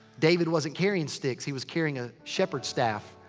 david wasn't carrying sticks. he was carrying a shepherd's staff.